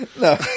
No